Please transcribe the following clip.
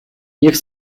niech